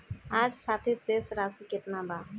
आज खातिर शेष राशि केतना बा?